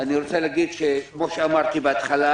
אני רוצה להגיד כמו שאמרתי בהתחלה